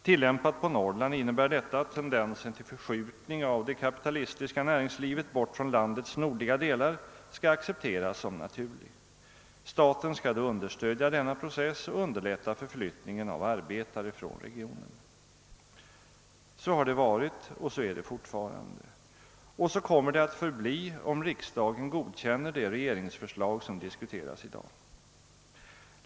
Tillämpat på Norrland innebär detta att tendensen till förskjutning av det kapitalistiska näringslivet bort från landets nordliga delar skall accepteras som naturlig. Staten skall då understödja denna process och underlätta förflyttningen av arbetare från regionen. Så har det varit och så är det fortfarande. Och så kommer det att förbli om riksdagen godkänner det regeringsförslag som diskuteras i dag.